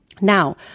Now